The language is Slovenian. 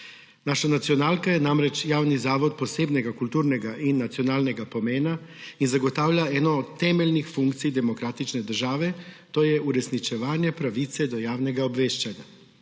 Naša nacionalka je namreč javni zavod posebnega kulturnega in nacionalnega pomena ter zagotavlja eno od temeljnih funkcij demokratične države, to je uresničevanje pravice do javnega obveščanja.